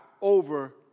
over